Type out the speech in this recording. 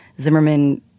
Zimmerman